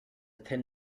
thin